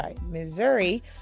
Missouri